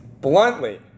bluntly